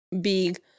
big